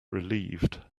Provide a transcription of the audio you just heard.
relieved